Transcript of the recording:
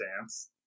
dance